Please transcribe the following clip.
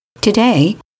Today